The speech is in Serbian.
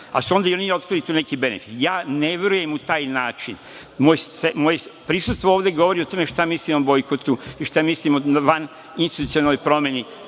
su onda i oni otkrili tu neki benefit. Ja ne verujem u taj način. Moje prisustvo ovde govori o tome šta mislim o bojkotu i šta mislim o vaninstitucionalnoj promeni